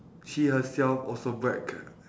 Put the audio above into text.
she herself also brag